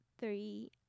three